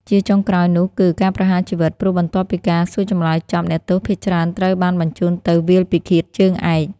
ជាចុងក្រោយនោះគឺ ការប្រហារជីវិត ព្រោះបន្ទាប់ពីការសួរចម្លើយចប់ អ្នកទោសភាគច្រើនត្រូវបានបញ្ជូនទៅ វាលពិឃាតជើងឯក។